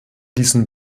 diesen